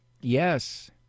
yes